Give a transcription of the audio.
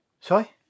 Sorry